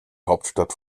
hauptstadt